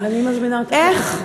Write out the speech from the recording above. איך,